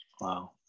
wow